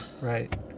Right